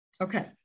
Okay